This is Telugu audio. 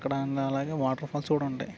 అక్కడ అలాగే వాటర్ఫాల్స్ కూడా ఉంటాయి